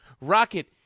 Rocket